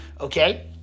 okay